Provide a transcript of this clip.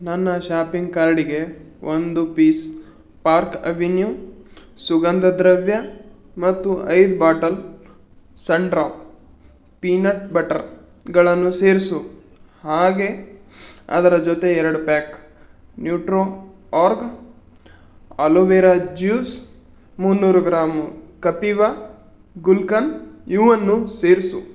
ನನ್ನ ಶಾಪಿಂಗ್ ಕಾರ್ಡಿಗೆ ಒಂದು ಪೀಸ್ ಪಾರ್ಕ್ ಅವೆನ್ಯೂ ಸುಗಂಧ ದ್ರವ್ಯ ಮತ್ತು ಐದು ಬಾಟಲ್ ಸನ್ಡ್ರಾಪ್ ಪಿನಟ್ ಬಟರ್ಗಳನ್ನು ಸೇರಿಸು ಹಾಗೆ ಅದರ ಜೊತೆ ಎರಡು pack Nutrorg aloe vera juice ಮುನ್ನೂರು ಗ್ರಾಮು ಕಪಿವ ಗುಲ್ಕಂದ್ ಇವನ್ನು ಸೇರಿಸು